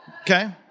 Okay